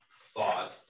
thought